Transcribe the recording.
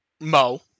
Mo